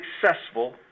successful